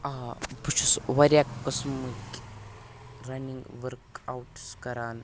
آ بہٕ چھُس واریاہ قٕسمٕکۍ رَنِنٛگ ؤرٕک آوُٹٕس کَران